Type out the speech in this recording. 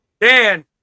Dan